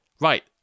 Right